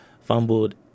fumbled